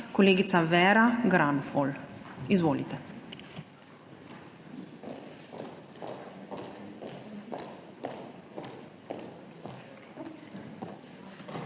kolegica Vera Granfol. Izvolite.